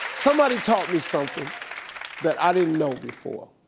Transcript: somebody taught me something that i didn't know before.